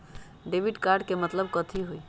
Debit card के मतलब कथी होई?